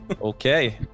Okay